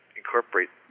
incorporate